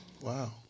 Wow